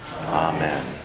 Amen